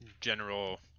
general